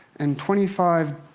and twenty five,